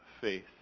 faith